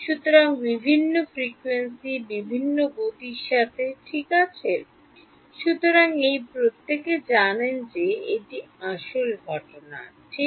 সুতরাং বিভিন্ন ফ্রিকোয়েন্সি বিভিন্ন গতির সাথে ঠিক আছে সুতরাং এই প্রত্যেকে জানেন যে একটি আসল ঘটনা ঠিক